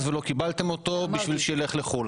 ולא קיבלתם אותו בשביל שהוא ילך לחו"ל.